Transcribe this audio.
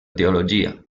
teologia